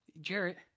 Jarrett